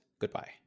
Goodbye